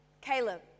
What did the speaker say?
Caleb